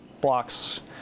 Blocks